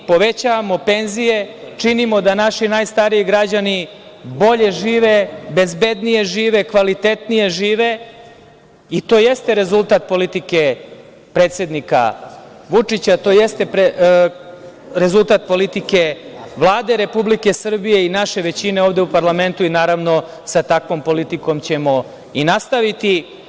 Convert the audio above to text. Povećavamo penzije i činimo da naši najstariji građani bolje, bezbednije i kvalitetnije žive i to jeste rezultat politike predsednika Vučića, to jeste rezultat politike Vlade Republike Srbije i naše većine ovde u parlamentu i, naravno, sa takvom politikom ćemo i nastavite.